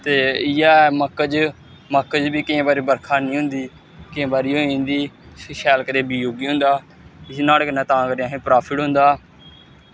ते इ'यै मक्क च मक्क च बी केंई बारी बरखा हैनी होंदी केईं बारी होई जंदी फ्ही शैल करियै बीऽ उग्गी होंदा फिर नुहाड़ै कन्नै तां करियै असेंगी प्राफिट होंदा